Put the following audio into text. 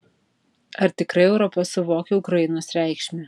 ar tikrai europa suvokia ukrainos reikšmę